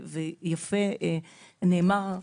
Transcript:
ויפה נאמר,